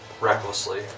recklessly